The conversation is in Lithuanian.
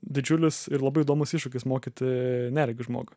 didžiulis ir labai įdomus iššūkis mokyti neregį žmogų